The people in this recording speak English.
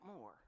more